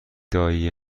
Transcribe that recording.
دایی